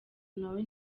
nawe